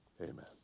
Amen